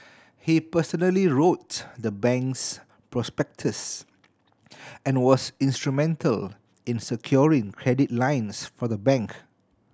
he personally wrote the bank's prospectus and was instrumental in securing credit lines for the bank